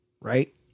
right